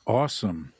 awesome